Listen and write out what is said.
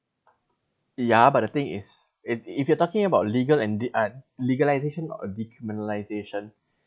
yeah but the thing is if if you are talking about legal and the uh legalisation or decriminalisation